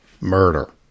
murder